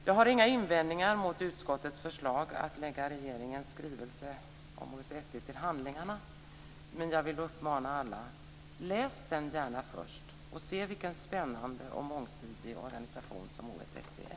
Jag har inga invändningar mot utskottets förslag att lägga regeringens skrivelse om OSSE till handlingarna, men jag vill uppmana alla: Läs den gärna först och se vilken spännande och mångsidig organisation OSSE är!